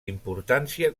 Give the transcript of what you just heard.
importància